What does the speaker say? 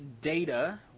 data